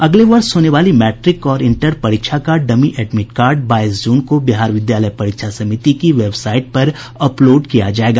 अगले वर्ष होने वाली मैट्रिक और इंटर परीक्षा का डमी एडमिट कार्ड बाईस जून को बिहार विद्यालय परीक्षा समिति की वेबसाइट पर अपलोड किया जायेगा